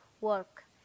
work